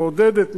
מעודדת,